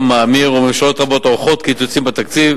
מאמיר וממשלות רבות עורכות קיצוצים בתקציב,